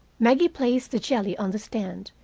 maggie placed the jelly on the stand,